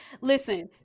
Listen